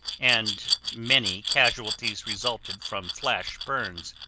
and many casualties resulted from flash burns.